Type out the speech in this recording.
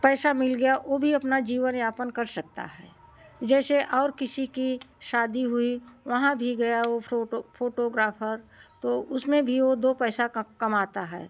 पैसा मिल गया वो भी अपना जीवन यापन कर सकता है जैसे और किसी की शादी हुई वहाँ भी गया वो फोटो फोटोग्राफर तो उसमें भी वो दो पैसा का कमाता है